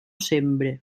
sembre